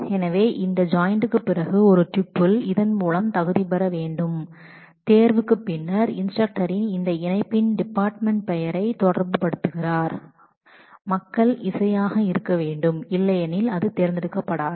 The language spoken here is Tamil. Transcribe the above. எனவே இந்த ஜாய்ன்ட்க்குப் பிறகு ஒரு டூப்பிள் இந்த செலக்சன் மூலம் தகுதி பெற வேண்டும் தேர்வு பின்னர் இன்ஸ்டரக்டர் ரிலேஷஷனில் அந்த ஜாயின் உடைய டிபார்ட்மெண்ட் பெயர் என்பது இசையாக இருக்க வேண்டும் இல்லையெனில் அது தேர்ந்தெடுக்கப்படாது